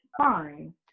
fine